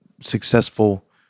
successful